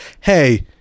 hey